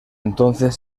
entonces